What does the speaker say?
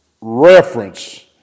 reference